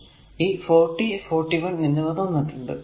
ഈ 40 41 എന്നിവ തന്നിട്ടുണ്ട്